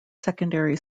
secondary